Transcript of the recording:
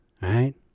right